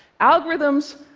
algorithms